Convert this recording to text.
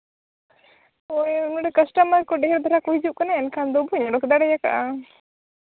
ᱦᱳᱭ ᱢᱟᱱᱮ ᱠᱟᱥᱴᱚᱢᱟᱨ ᱠᱚ ᱰᱷᱮᱨ ᱫᱷᱟᱨᱟ ᱠᱚ ᱦᱤᱡᱩᱜ ᱠᱟᱱᱟ ᱮᱱᱠᱷᱟᱱ ᱫᱚ ᱵᱟᱹᱧ ᱚᱰᱳᱠ ᱫᱟᱲᱮᱭᱟᱠᱟᱫᱼᱟ